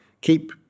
keep